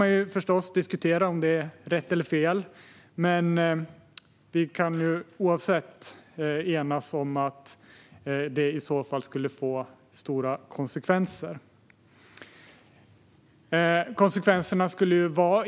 Man kan förstås diskutera om det är rätt eller fel, men oavsett vilket kan vi väl enas om att ett avskaffande skulle få stora konsekvenser.